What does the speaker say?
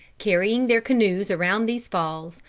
carrying their canoes around these falls,